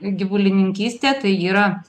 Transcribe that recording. gyvulininkystę tai yra